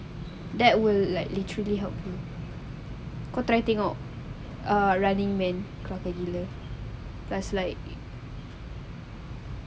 that will like literally help you kau try tengok ugh running man kelakar gila plus like